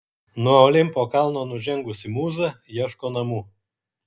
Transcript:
nuo olimpo kalno nužengusi mūza ieško namų